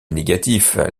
négatifs